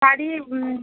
sari